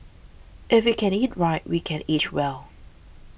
if we can eat right we can age well